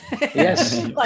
Yes